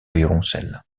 violoncelle